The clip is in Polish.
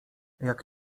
jak